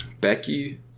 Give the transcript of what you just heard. Becky